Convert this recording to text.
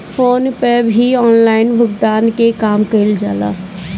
phone पे पअ भी ऑनलाइन भुगतान के काम कईल जाला